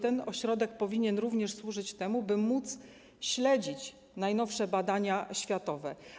Taki ośrodek powinien również służyć temu, żeby śledzić najnowsze badania światowe.